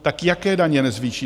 Tak jaké daně nezvýšíte?